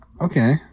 Okay